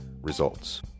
Results